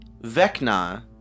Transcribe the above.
Vecna